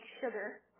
sugar